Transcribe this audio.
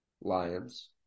Lions